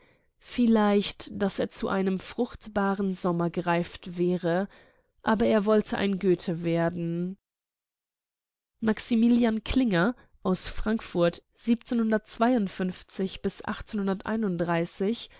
vielleicht daß er zu einem fruchtbaren sommer gereift wäre aber er wollte ein goethe werden maximilian klinger aus frankfurt